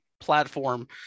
platform